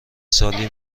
سالی